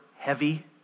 heavy